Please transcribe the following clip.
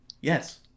yes